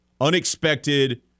Unexpected